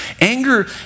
Anger